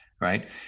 right